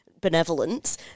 Benevolence